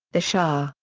the shah,